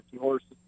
horses